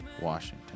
Washington